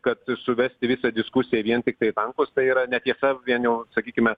kad suvesti visą diskusiją vien tiktai į tankus tai yra ne tiesa vien jau sakykime